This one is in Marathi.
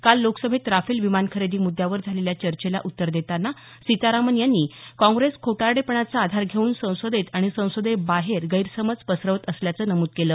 काल लोकसभेत राफेल विमान खरेदी मुद्यावर झालेल्या चर्चेला उत्तर देतांना सीतारामन यांनी काँग्रेस खोटारडेपणाचा आधार घेऊन संसदेत आणि संसदेबाहेर गैरसमज पसरवत असल्याचं नमूद केलं